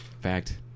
fact